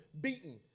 beaten